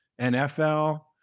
NFL